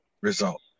result